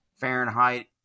Fahrenheit